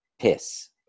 piss